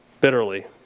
bitterly